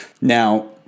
Now